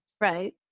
Right